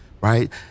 right